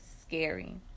scary